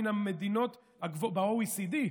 מן המדינות ב-OECD,